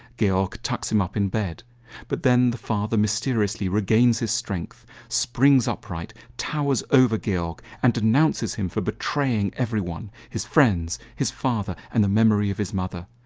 georg tucks him up in bed but then the father mysteriously regains his strength, springs upright, towers over georg and denounces him for betraying everyone. his friends, his father and the memory of his mother.